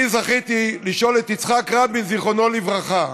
אני זכיתי לשאול את יצחק רבין, זיכרונו לברכה: